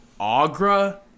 Agra